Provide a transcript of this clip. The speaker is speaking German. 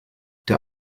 der